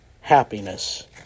happiness